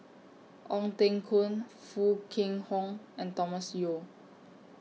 Ong Teng Koon Foo Kwee Horng and Thomas Yeo